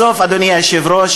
בסוף, אדוני היושב-ראש,